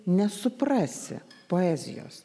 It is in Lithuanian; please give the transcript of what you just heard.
nesuprasi poezijos